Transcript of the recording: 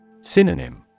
Synonym